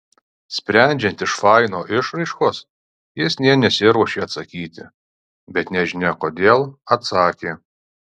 sprendžiant iš faino išraiškos jis nė nesiruošė atsakyti bet nežinia kodėl atsakė